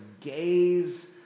gaze